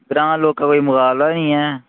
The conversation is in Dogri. ग्रां दे लोकें दा कोई मकाबला निं ऐ